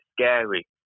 scary